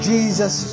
Jesus